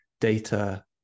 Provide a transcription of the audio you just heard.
data